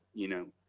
you know,